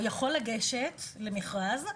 הוא יכול לגשת למכרז,